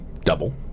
double